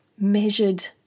measured